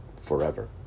forever